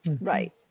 right